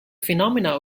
phenomena